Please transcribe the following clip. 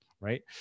right